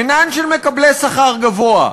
אינן של מקבלי שכר גבוה.